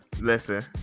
Listen